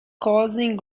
causing